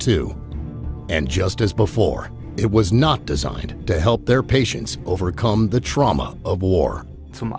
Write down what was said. two and just as before it was not designed to help their patients overcome the trauma of war